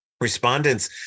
respondents